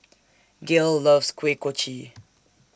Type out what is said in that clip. Gale loves Kuih Kochi